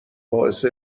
باعث